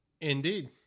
indeed